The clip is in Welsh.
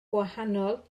gwahanol